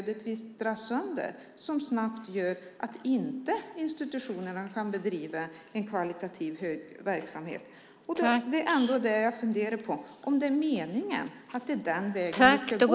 Det gör snabbt att institutionerna inte kan bedriva en kvalitativ verksamhet. Jag funderar på om det är meningen att det är den vägen vi ska gå.